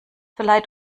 verleiht